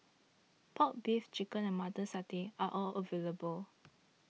Pork Beef Chicken and Mutton Satay are all available